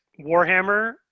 Warhammer